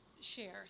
share